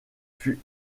fut